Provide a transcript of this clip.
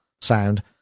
Sound